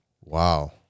Wow